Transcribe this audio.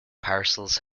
parcels